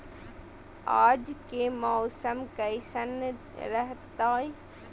आज के मौसम कैसन रहताई?